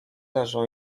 leżą